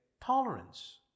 tolerance